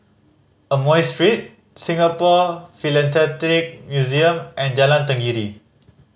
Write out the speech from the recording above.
Amoy Street Singapore Philatelic Museum and Jalan Tenggiri